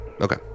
okay